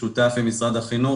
השנים האחרונות,